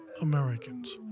Americans